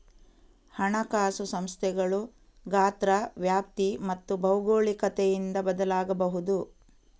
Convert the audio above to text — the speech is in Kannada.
ಹಣಕಾಸು ಸಂಸ್ಥೆಗಳು ಗಾತ್ರ, ವ್ಯಾಪ್ತಿ ಮತ್ತು ಭೌಗೋಳಿಕತೆಯಿಂದ ಬದಲಾಗಬಹುದು